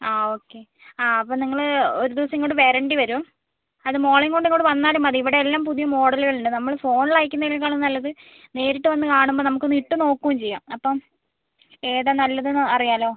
okay ആ അപ്പം നിങ്ങള് ഒരു ദിവസം ഇങ്ങോട്ട് വരേണ്ടിവരും അത് മോളെയും കൊണ്ട് ഇങ്ങോട്ട് വന്നാലും മതി ഇവിടെ എല്ലാം പുതിയ മോഡലുകളുണ്ട് നമ്മള് ഫോണില് അയക്കുന്നതിനേക്കാളും നല്ലത് നേരിട്ട് വന്ന് കാണുമ്പോൾ നമുക്കൊന്ന് ഇട്ട് നോക്കുകയും ചെയ്യാം അപ്പം ഏതാ നല്ലതെന്ന് അറിയാമല്ലോ